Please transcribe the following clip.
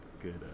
good